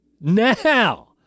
Now